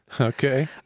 Okay